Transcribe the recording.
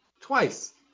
Twice